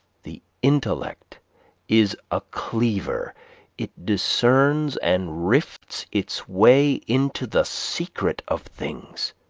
the intellect is a cleaver it discerns and rifts its way into the secret of things.